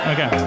Okay